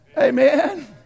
Amen